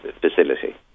facility